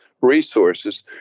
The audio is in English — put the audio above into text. resources